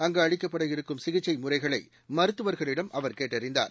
அங்கு அளிக்கப்படவிருக்கும் சிகிச்சை முறைகளை மருத்துவர்களிடம் அவர் கேட்டறிந்தார்